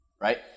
right